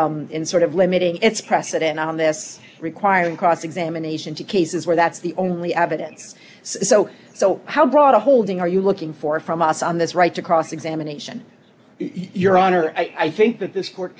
out in sort of limiting its precedent on this requiring cross examination to cases where that's the only evidence so so how broad a holding are you looking for from us on this right to cross examination your honor i think that this court